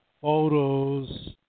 photos